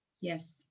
Yes